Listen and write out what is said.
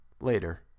Later